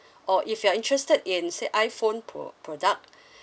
or if you are interested in say iphone pro~ product